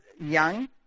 young